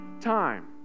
time